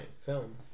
Film